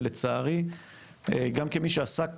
לצערי, גם כמי שעסק